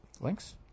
Links